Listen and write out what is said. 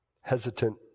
hesitant